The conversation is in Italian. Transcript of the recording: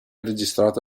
registrato